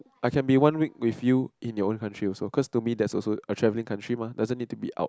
I can be one week with you in your own countries also cause to me that's also a travelling country mah doesn't need to be out